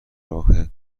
راه